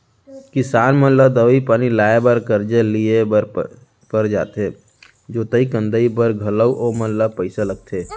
किसान मन ला दवई पानी लाए बर करजा लिए बर पर जाथे जोतई फंदई बर घलौ ओमन ल पइसा लगथे